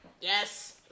Yes